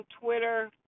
Twitter